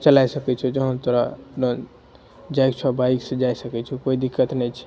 चलाए सकै छौ जहन तोरा जाइ कऽ छऽ बाइक सँ जा सकै छौ कोइ दिक्कत नहि छै